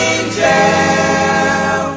Angel